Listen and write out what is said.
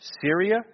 Syria